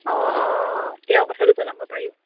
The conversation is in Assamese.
অঁ অঁ তেওঁ কথাটো জনাব পাৰিব